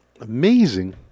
amazing